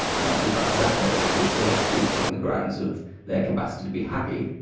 companies like zappos will select people on the grounds of their capacity to be happy.